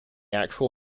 actual